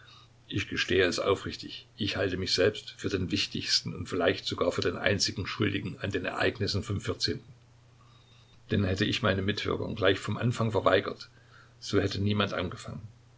ich gestehe es aufrichtig ich halte mich selbst für den wichtigsten und vielleicht sogar für den einzigen schuldigen an den ereignissen vom vierzehnten denn hätte ich meine mitwirkung gleich vom anfang verweigert so hätte niemand angefangen